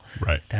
Right